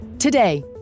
Today